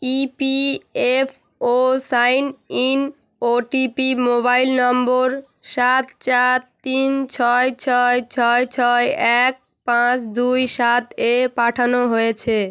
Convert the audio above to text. EPFO sign in OTP mobile number সাত চার তিন ছয় ছয় ছয় ছয় এক পাঁচ দুই সাত এ পাঠানো হয়েছে